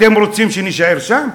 אתם רוצים שנישאר שם?